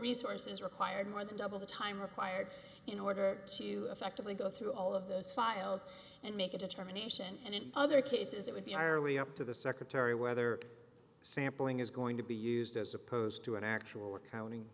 resources required more than double the time required in order to effectively go through all of those files and make a determination and in other cases it would be are really up to the secretary whether sampling is going to be used as opposed to an actual accounting